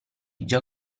già